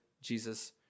Jesus